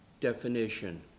definition